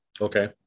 Okay